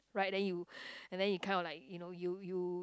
right then you and then you kind of like you know you you